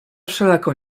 wszelako